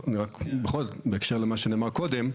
בכל זאת, בהקשר למה שנאמר קודם,